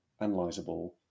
analyzable